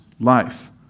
life